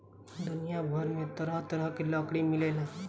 दुनिया भर में तरह तरह के लकड़ी मिलेला